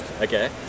Okay